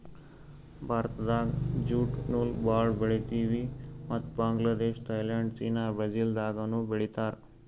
ಭಾರತ್ದಾಗ್ ಜ್ಯೂಟ್ ನೂಲ್ ಭಾಳ್ ಬೆಳಿತೀವಿ ಮತ್ತ್ ಬಾಂಗ್ಲಾದೇಶ್ ಥೈಲ್ಯಾಂಡ್ ಚೀನಾ ಬ್ರೆಜಿಲ್ದಾಗನೂ ಬೆಳೀತಾರ್